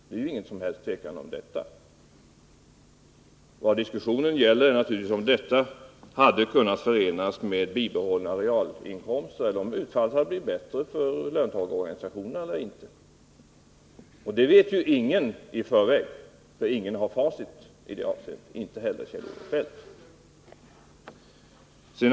Det är inget som helst tvivel om detta. Vad diskussionen gäller är naturligtvis om ett avtal med regeringens åtgärdsprogram som grund hade kunnat förenas med bibehållnå realinkomster eller om utfallet blir bättre för löntagarorganisationerna med nu träffat avtal. Det vet ju ingen i förväg, för ingen har facit i det avseendet — inte heller Kjell-Olof Feldt.